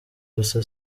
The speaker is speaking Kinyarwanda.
gusa